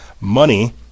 money